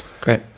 Great